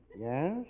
Yes